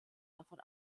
davon